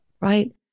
right